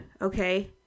okay